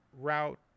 route